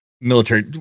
military